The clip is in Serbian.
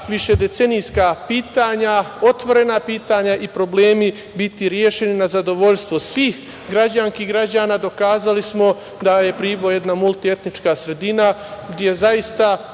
višedecenijska pitanja, otvorena pitanja i problemi biti rešeni na zadovoljstvo svih građanki i građana, dokazali smo da je Priboj jedna multietnička sredina, gde zaista